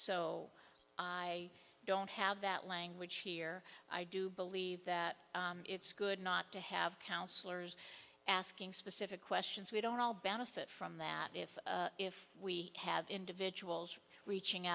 so i don't have that language here i do believe that it's good not to have counselors asking specific questions we don't all benefit from that if if we have individuals reaching